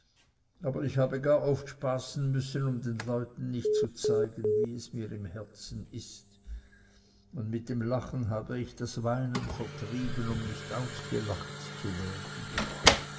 aber ich habe gar oft spaßen müssen um den leuten nicht zu zeigen wie es mir im herzen ist und mit dem lachen habe ich das weinen vertrieben um nicht ausgelacht zu werden